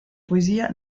poesia